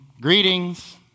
Greetings